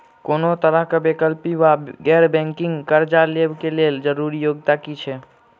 कोनो तरह कऽ वैकल्पिक वा गैर बैंकिंग कर्जा लेबऽ कऽ लेल जरूरी योग्यता की छई?